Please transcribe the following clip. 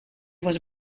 was